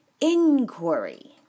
inquiry